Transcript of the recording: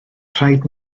rhaid